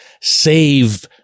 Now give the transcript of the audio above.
save